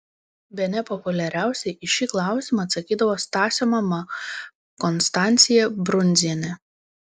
bene populiariausiai į šį klausimą atsakydavo stasio mama konstancija brundzienė